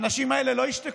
האנשים האלה לא ישתקו,